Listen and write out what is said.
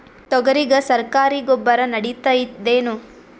ತೊಗರಿಗ ಸರಕಾರಿ ಗೊಬ್ಬರ ನಡಿತೈದೇನು?